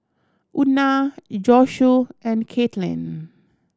Una Josue and Kaitlin